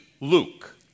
Luke